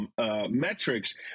metrics